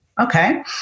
okay